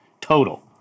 total